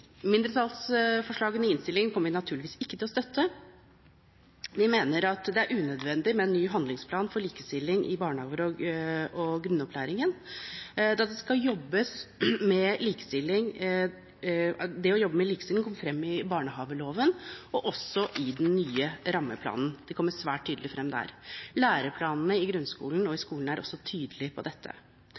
Mindretallsforslagene i innstillingen kommer vi naturligvis ikke til å støtte. Vi mener det er unødvendig med en ny handlingsplan for likestilling i barnehage og grunnopplæring, da det å jobbe med likestilling kom frem i barnehageloven og også i den nye rammeplanen – det kommer svært tydelig frem der. Læreplanene i grunnskolen – i skolen – er også tydelige på dette.